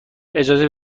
اجازه